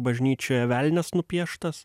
bažnyčioje velnias nupieštas